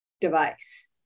device